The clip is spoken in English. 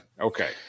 Okay